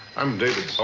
i'm david. so